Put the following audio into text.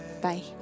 bye